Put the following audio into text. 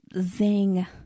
zing